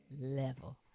level